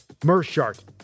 Mershart